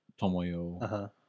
tomoyo